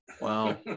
Wow